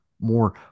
more